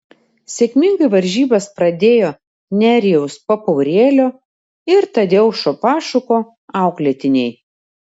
sėkmingai varžybas pradėjo nerijaus papaurėlio ir tadeušo pašuko auklėtiniai